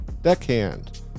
Deckhand